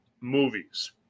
movies